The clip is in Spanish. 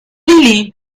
lilí